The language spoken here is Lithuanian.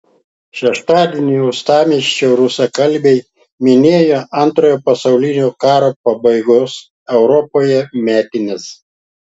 šeštadienį uostamiesčio rusakalbiai minėjo antrojo pasaulinio karo pabaigos europoje metines